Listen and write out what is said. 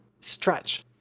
stretch